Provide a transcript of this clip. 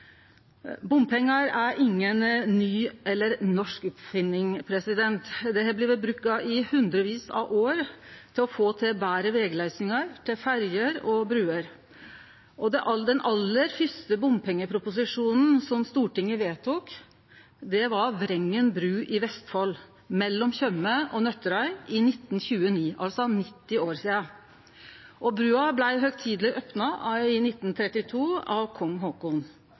Bompengar er inga ny eller norsk oppfinning. Det har blitt bruka i hundrevis av år til å få til betre vegløysingar, til ferjer og til bruer. Den aller fyrste bompengeproposisjonen Stortinget vedtok, var Vrengen bru i Vestfold, mellom Tjøme og Nøtterøy, i 1929 – altså 90 år sidan. Brua blei høgtideleg opna i 1932 av